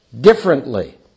differently